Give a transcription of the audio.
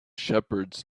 shepherds